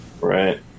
Right